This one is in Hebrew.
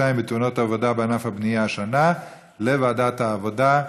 בתאונות עבודה בענף הבנייה השנה לוועדת העבודה.